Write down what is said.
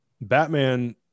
batman